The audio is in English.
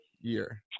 year